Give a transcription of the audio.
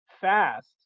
fast